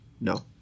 No